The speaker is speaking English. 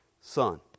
Son